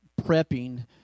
prepping